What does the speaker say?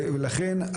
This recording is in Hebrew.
ולכן,